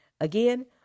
again